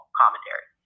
commentary